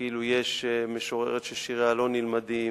כאילו יש משוררת ששיריה לא נלמדים,